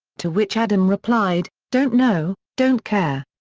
to which adam replied, don't know, don't care.